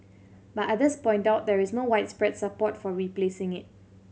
but others point out there is no widespread support for replacing it